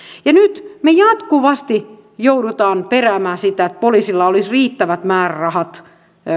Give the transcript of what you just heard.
ja nyt me jatkuvasti joudumme peräämään sitä että poliisilla olisi riittävät määrärahat